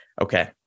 Okay